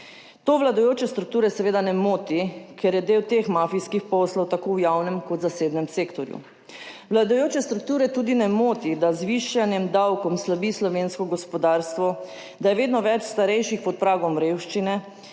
To vladajoče strukture seveda ne moti, ker je del teh mafijskih poslov tako v javnem kot v zasebnem sektorju. Vladajoče strukture tudi ne moti, da z višanjem davkov slavi slovensko gospodarstvo, da je vedno več starejših pod pragom revščine,